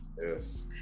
Yes